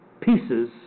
pieces